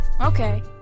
okay